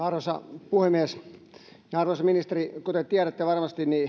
arvoisa puhemies arvoisa ministeri kuten tiedätte varmasti